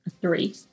Three